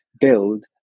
build